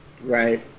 Right